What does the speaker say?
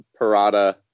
Parada